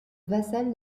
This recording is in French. vassal